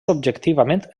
objectivament